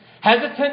hesitant